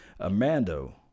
Amando